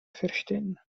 verstehen